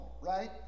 right